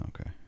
Okay